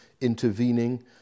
intervening